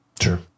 Sure